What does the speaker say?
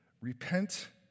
Repent